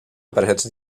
apreciats